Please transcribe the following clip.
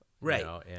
Right